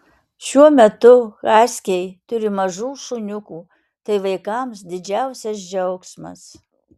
šiuo metu haskiai turi mažų šuniukų tai vaikams didžiausias džiaugsmas